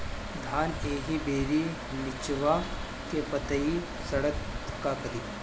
धान एही बेरा निचवा के पतयी सड़ता का करी?